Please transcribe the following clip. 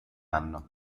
anno